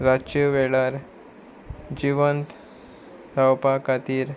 रातचे वेळार जिवंत रावपा खातीर